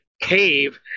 cave